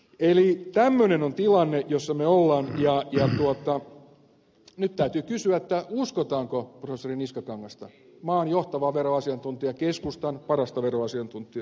eli tämmöinen on tilanne jossa me olemme ja nyt täytyy kysyä uskotaanko professori niskakangasta maan johtavaa veroasiantuntijaa keskustan parasta veroasiantuntijaa